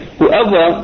whoever